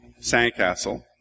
sandcastle